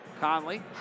Conley